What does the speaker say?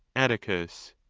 atticus.